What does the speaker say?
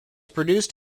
produced